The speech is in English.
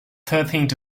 thirteenth